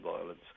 violence